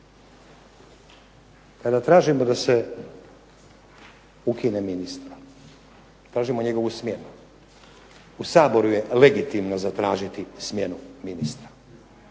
kada tražimo da se ukine ministra, tražimo njegovu smjenu, u Saboru je legitimno zatražiti smjenu ministra.